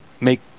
make